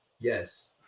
Yes